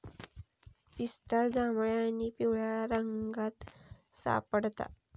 पिस्ता जांभळ्या आणि पिवळ्या रंगात सापडता